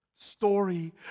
story